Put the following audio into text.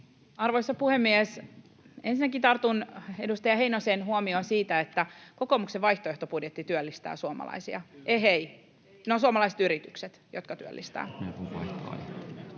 Arvoisa puhemies! Ensinnäkin tartun edustaja Heinosen huomioon siitä, että kokoomuksen vaihtoehtobudjetti työllistää suomalaisia. Ehei, ne ovat suomalaiset yritykset, jotka työllistävät.